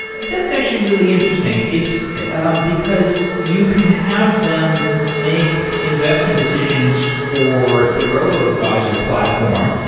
that's actually really interesting. it's um because you can have them make investment decisions for the robo-advisor platform.